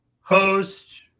Host